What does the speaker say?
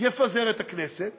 יפזר את הכנסת